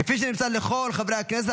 כפי שנמסר לכל חברי הכנסת,